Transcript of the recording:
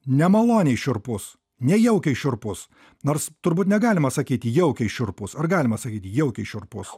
nemaloniai šiurpus nejaukiai šiurpus nors turbūt negalima sakyti jaukiai šiurpūs ar galima sakyti jaukiai šiurpus